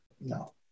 No